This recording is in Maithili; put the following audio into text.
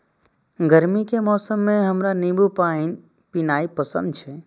गर्मी के मौसम मे हमरा नींबू पानी पीनाइ पसंद छै